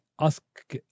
Ask